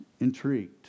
intrigued